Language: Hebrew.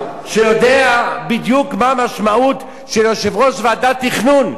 שיודע בדיוק מה המשמעות של יושב-ראש ועדת תכנון,